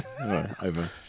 Over